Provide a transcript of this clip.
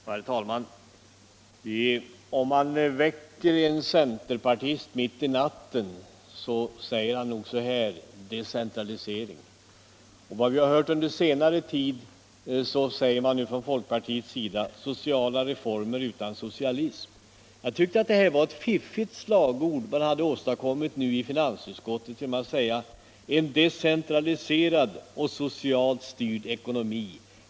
Herr talman! Om man väcker en centerpartist mitt i natten, så säger han: Decentralisering! Och efter vad vi har hört under senare tid säger en folkpartist: Sociala reformer utan socialism! Jag tycker att det är ett fiffigt slagord mitten åstadkommit i finansutskottet när man talar om ”en decentraliserad och socialt styrd ekonomi”.